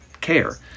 Care